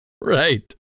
Right